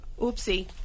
Oopsie